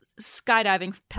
skydiving